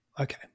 Okay